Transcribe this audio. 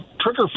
trigger